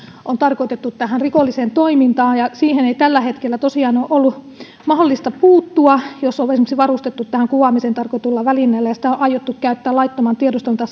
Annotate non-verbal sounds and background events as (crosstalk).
on tarkoitettu rikolliseen toimintaan siihen ei tällä hetkellä tosiaan ole ollut mahdollista puuttua jos se laite on esimerkiksi varustettu kuvaamiseen tarkoitetulla välineellä ja sitä on aiottu käyttää laittomaan tiedusteluun (unintelligible)